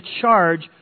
charge